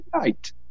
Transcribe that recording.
night